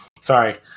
Sorry